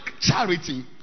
charity